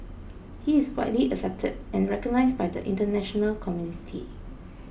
he is widely accepted and recognised by the international community